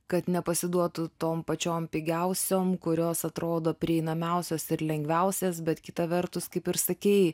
kad nepasiduotų tom pačiom pigiausiom kurios atrodo prieinamiausios ir lengviausios bet kita vertus kaip ir sakei